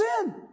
sin